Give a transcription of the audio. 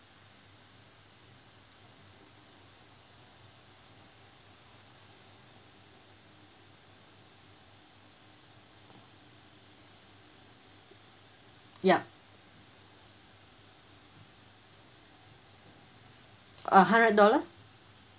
yup uh hundred dollar